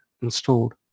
installed